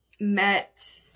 met